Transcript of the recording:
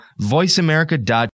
voiceamerica.com